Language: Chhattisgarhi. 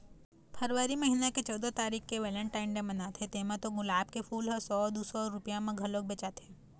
फरवरी महिना के चउदा तारीख के वेलेनटाइन डे मनाथे तेमा तो गुलाब के फूल ह सौ दू सौ रूपिया म घलोक बेचाथे